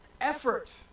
effort